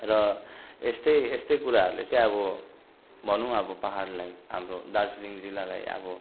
र यस्तै यस्तै कुराहरूले चाहिँ अब भनौँ अब पहाडलाई हाम्रो दार्जिलिङ जिल्लालाई अब